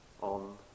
on